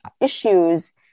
issues